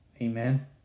amen